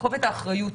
שכובד האחריות,